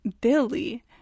billy